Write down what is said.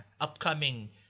upcoming